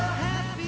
happy